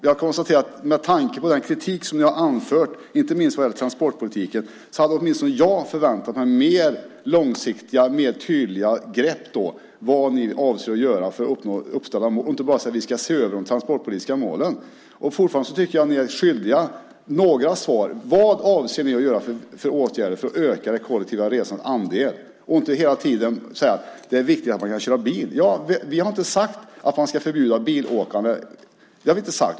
Jag konstaterar att med tanke på den kritik som jag har anfört, inte minst vad gäller transportpolitiken, hade åtminstone jag förväntat mig mer långsiktiga och tydliga grepp när det gäller vad ni avser att göra för att nå uppställda mål - inte bara säga att ni ska se över de transportpolitiska målen. Fortfarande tycker jag att ni är skyldiga några svar. Vad avser ni att vidta för åtgärder för att öka det kollektiva resandets andel och inte hela tiden säga att det är viktigt att man kan köra bil? Vi har inte sagt att man ska förbjuda bilåkande. Det har vi inte sagt.